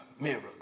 miracle